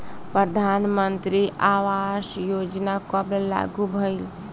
प्रधानमंत्री आवास योजना कब लागू भइल?